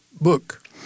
book